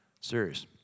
Serious